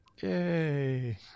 Yay